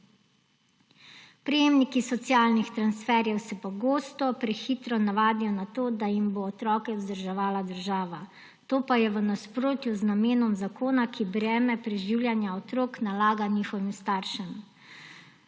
Prejemniki socialnih transferjev se pogosto prehitro navadijo na to, da jim bo otroke vzdrževala država. To pa je v nasprotju z namenom zakona, ki breme preživljanja otrok nalaga njihovim staršem.